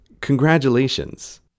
congratulations